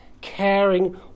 caring